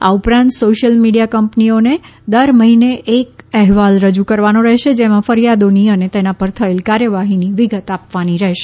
આ ઉપરાંત social media કંપનીઓને દર મહિને એક અહેવાલ રજૂ કરવાનો રહેશે જેમાં ફરિયાદોની અને તેના પર થયેલ કાર્યવાહીની વિગત આપવાની રહેશે